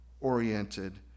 oriented